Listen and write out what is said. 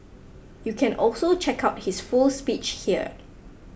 you can also check out his full speech here